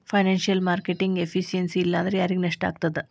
Financial marketing efficiency ಇಲ್ಲಾಂದ್ರ ಯಾರಿಗ್ ನಷ್ಟಾಗ್ತದ?